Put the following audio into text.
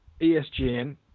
ESGN